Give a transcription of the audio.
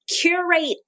curate